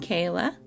Kayla